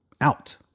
out